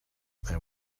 there